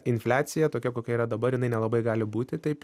infliacija tokia kokia yra dabar jinai nelabai gali būti taip